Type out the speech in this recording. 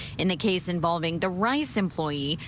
in the case involving the rice employee,